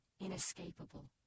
inescapable